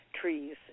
trees